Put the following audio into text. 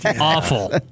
awful